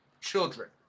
children